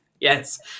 Yes